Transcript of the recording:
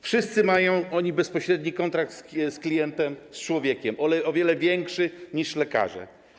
Wszyscy oni mają bezpośredni kontakt z klientem, z człowiekiem, o wiele większy niż lekarze.